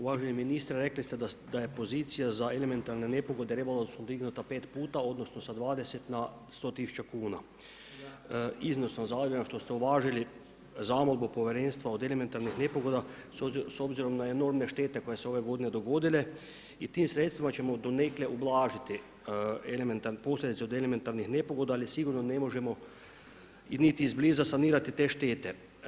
Uvaženi ministre, rekli ste da pozicija za elementarne nepogode u rebalansu dignuta 5 puta odnosno sa 20 na 100 tisuća kuna. … [[Govornik se ne razumije]] što ste uvažili zamolbu povjerenstva od elementarnih nepogoda s obzirom na enormne štete koje su se ove godine dogodile i tim sredstvima ćemo donekle ublažiti posljedice od elementarnih nepogoda ali sigurno ne možemo niti izbliza sanirati te štete.